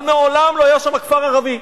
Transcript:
אבל מעולם לא היה שם כפר ערבי,